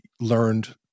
Learned